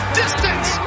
distance